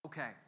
Okay